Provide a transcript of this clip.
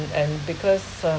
and because of